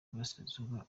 burasirazuba